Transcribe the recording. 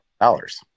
dollars